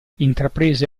intraprese